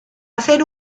hacer